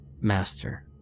Master